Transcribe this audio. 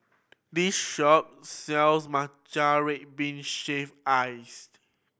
this shop sells matcha red bean shave ice